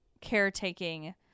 caretaking